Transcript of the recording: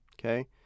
okay